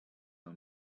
are